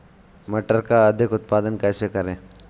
मटर का अधिक उत्पादन कैसे करें?